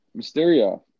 Mysterio